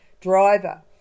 driver